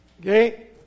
Okay